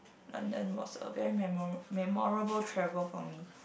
London was a very memora~ memorable travel for me